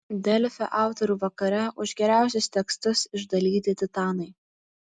delfi autorių vakare už geriausius tekstus išdalyti titanai